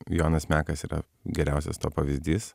jonas mekas yra geriausias to pavyzdys